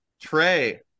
trey